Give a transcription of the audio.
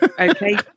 Okay